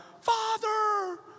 Father